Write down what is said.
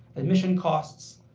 admission costs,